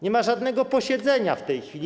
Nie ma żadnego posiedzenia w tej chwili.